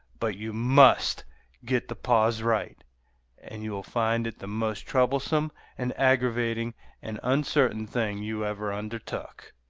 but you must get the pause right and you will find it the most troublesome and aggravating and uncertain thing you ever undertook.